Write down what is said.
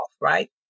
right